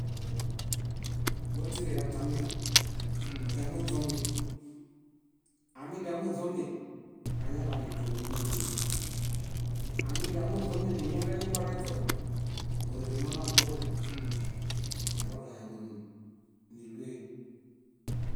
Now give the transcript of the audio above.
Wátiriġatamiġom, odiamuźomi. Amidiamuźomi, añaḃanituo númuloy. Meamidiamuźomi niñarenibareźon, órere monaguowa. Arorehaŋun níloyen.